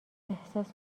احساس